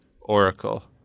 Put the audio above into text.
Oracle